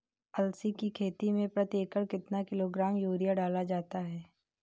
अलसी की खेती में प्रति एकड़ कितना किलोग्राम यूरिया डाला जाता है?